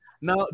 now